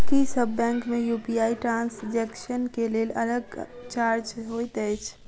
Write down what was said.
की सब बैंक मे UPI transaction केँ लेल अलग चार्ज होइत अछि?